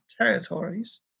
territories